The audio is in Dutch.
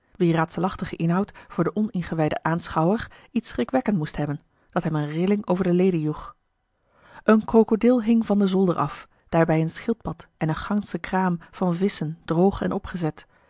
wier raadselachtige inhoud voor den oningewijden aanschouwer iets schrikwekkend moest hebben dat hem een rilling over de leden joeg een krokodil hing aan den zolder af daarbij een schildpad en een gansche kraam van visschen droog en opgezet